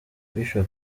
bishop